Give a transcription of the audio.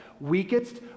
weakest